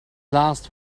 last